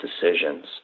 decisions